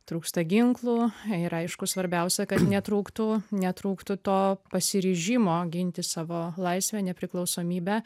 trūksta ginklų ir aišku svarbiausia kad netrūktų netrūktų to pasiryžimo ginti savo laisvę nepriklausomybę